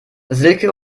silke